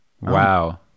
wow